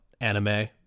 anime